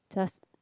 just